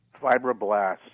Fibroblasts